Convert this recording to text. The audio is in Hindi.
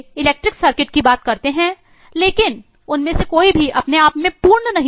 इलेक्ट्रिक सर्किट की बात करते हैं लेकिन उनमें से कोई भी अपने आप में पूर्ण नहीं है